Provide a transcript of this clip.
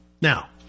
Now